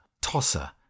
tosser